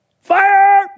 Fire